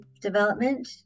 development